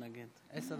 עובד,